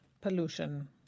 pollution